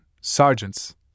sergeants